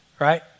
Right